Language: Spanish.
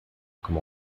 como